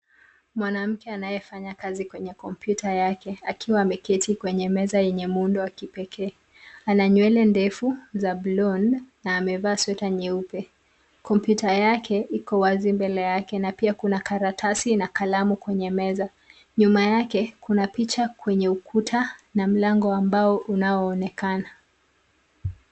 Mwanamke anayefanya kazi kwenye kompyuta yake, akiwa ameketi kwenye meza yenye muundo wa kipekee. Ana nywele ndefu, za blonde na amevaa sweta nyeupe. Kompyuta yake, iko wazi mbele yake na pia karatasi na kalamu kwenye meza. Nyuma yake kuna picha kwenye ukuta na mlango wa mbao unaoonekana.